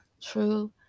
true